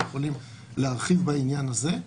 שיכולים להרחיב בעניין הזה.